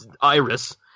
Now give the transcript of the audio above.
iris